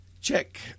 Check